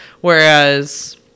Whereas